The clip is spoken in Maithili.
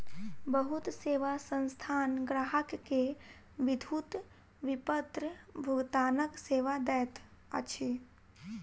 बहुत सेवा संस्थान ग्राहक के विद्युत विपत्र भुगतानक सेवा दैत अछि